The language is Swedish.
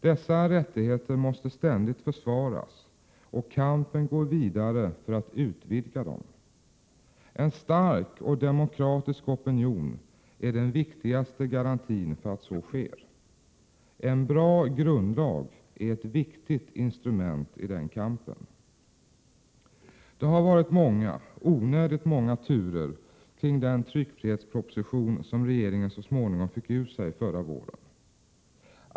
Dessa rättigheter måste ständigt försvaras och kampen gå vidare för att utvidga dem. En stark och demokratisk opinion är den viktigaste garantin för att så sker. En bra grundlag är ett viktigt instrument i den kampen. Det har varit många, onödigt många, turer kring den tryckfrihetsproposition som regeringen så småningom fick ur sig förra våren.